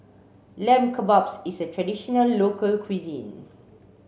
Lamb Kebabs is a traditional local cuisine